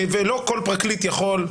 ולא כל פרקליט יכול.